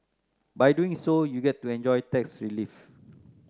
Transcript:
by doing so you get to enjoy tax relief